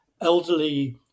Elderly